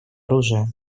оружия